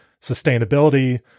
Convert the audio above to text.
sustainability